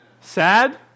Sad